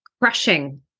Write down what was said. crushing